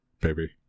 baby